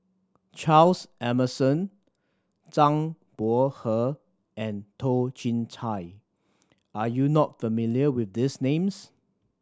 Charles Emmerson Zhang Bohe and Toh Chin Chye are you not familiar with these names